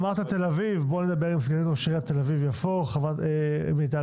נדבר עם סגנית ראש עיריית תל-אביב-יפו, מיטל